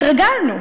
התרגלנו.